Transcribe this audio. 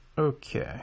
Okay